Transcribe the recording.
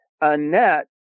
Annette